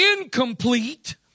incomplete